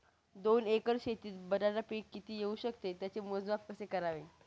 दोन एकर शेतीत बटाटा पीक किती येवू शकते? त्याचे मोजमाप कसे करावे?